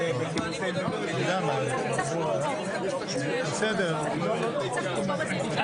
יהיו באופן עצמאי ולא עד גיל 30